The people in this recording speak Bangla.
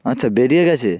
আচ্ছা বেরিয়ে গেছে